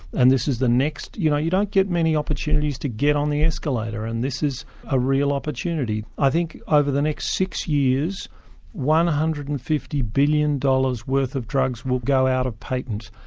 and this is the next. you know, you don't get many opportunities to get on the escalator and this is a real opportunity. i think over the next six years one hundred and fifty billion dollars worth of drugs will go out of patent.